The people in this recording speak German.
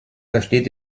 versteht